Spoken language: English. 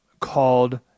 called